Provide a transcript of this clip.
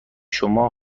شما